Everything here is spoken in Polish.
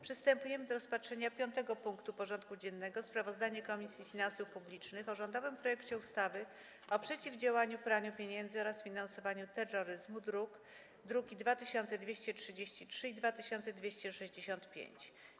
Przystępujemy do rozpatrzenia punktu 5. porządku dziennego: Sprawozdanie Komisji Finansów Publicznych o rządowym projekcie ustawy o przeciwdziałaniu praniu pieniędzy oraz finansowaniu terroryzmu (druki nr 2233 i 2265)